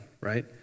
right